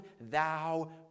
thou